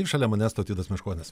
šalia manęs tautvydas meškonis